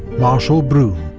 marshal brune